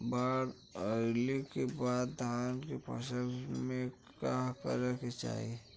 बाढ़ आइले के बाद धान के फसल में का करे के चाही?